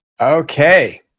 Okay